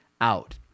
out